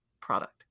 product